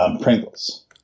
Pringles